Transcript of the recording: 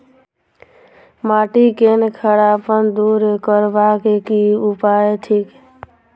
माटि केँ खड़ापन दूर करबाक की उपाय थिक?